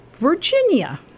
Virginia